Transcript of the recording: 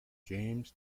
james